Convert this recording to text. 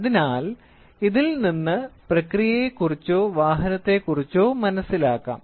അതിനാൽ ഇതിൽ നിന്ന് പ്രക്രിയയെക്കുറിച്ചോ വാഹനത്തെക്കുറിച്ചോ മനസ്സിലാക്കാം